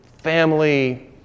family